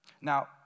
now